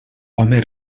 home